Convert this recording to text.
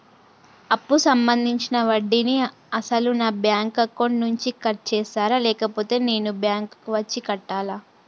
అప్పు సంబంధించిన వడ్డీని అసలు నా బ్యాంక్ అకౌంట్ నుంచి కట్ చేస్తారా లేకపోతే నేను బ్యాంకు వచ్చి కట్టాలా?